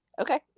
Okay